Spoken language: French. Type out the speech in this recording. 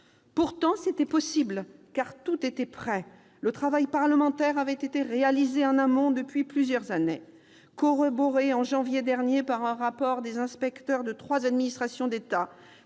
Pourtant, c'était possible, car tout était prêt ! Le travail parlementaire avait été réalisé en amont depuis plusieurs années, et corroboré en janvier dernier par un rapport conjoint de l'Inspection générale